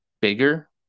bigger